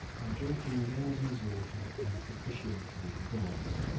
by drinking ganges water and propitiating the gods.